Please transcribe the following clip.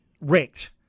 wrecked